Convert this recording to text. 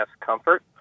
Comfort